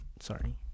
sorry